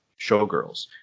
Showgirls